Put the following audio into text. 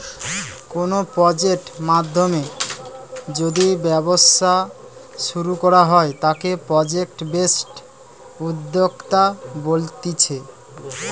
কোনো প্রজেক্ট নাধ্যমে যদি ব্যবসা শুরু করা হয় তাকে প্রজেক্ট বেসড উদ্যোক্তা বলতিছে